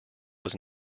was